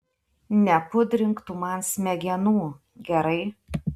nepudrink tu man smegenų gerai